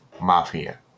mafia